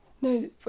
No